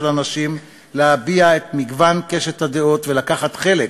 אנשים להביע את מגוון קשת הדעות ולקחת חלק